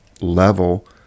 level